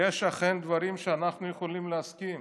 יש אכן דברים שאנחנו יכולים להסכים